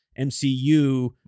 mcu